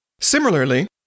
Similarly